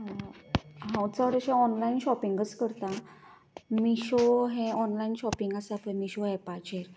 हांव चडशें ऑनलायन शोपिंगूच करता मिशो हें ऑनलायन शोपींग आसा हें मिशो एपाचेर